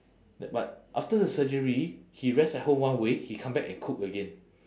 t~ but after the surgery he rest at home one week he come back and cook again